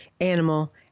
animal